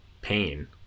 pain